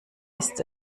ist